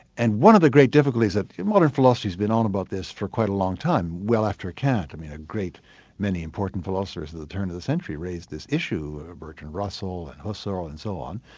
and one of the great difficulties that modern philosophy's been on about this for quite a long time, well after kant, i mean a great many important philosophers at the turn of the century raised this issue bertrand russell, and husserl and so on,